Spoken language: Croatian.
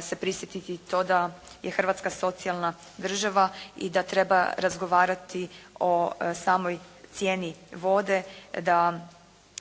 se prisjetiti i to da je Hrvatska socijalna država i da treba razgovarati o samoj cijeni vode. Da